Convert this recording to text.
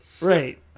Right